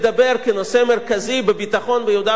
כנושא מרכזי בביטחון ביהודה ושומרון,